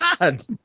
God